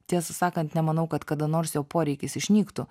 tiesą sakant nemanau kad kada nors jo poreikis išnyktų